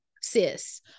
sis